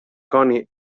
coni